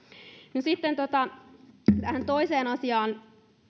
no sitten toiseen asiaan